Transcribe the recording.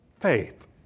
faith